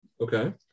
Okay